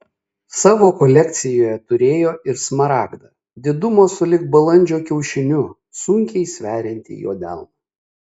savo kolekcijoje turėjo ir smaragdą didumo sulig balandžio kiaušiniu sunkiai sveriantį jo delną